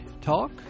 talk